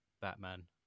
Batman